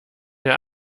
der